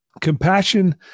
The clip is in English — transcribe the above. Compassion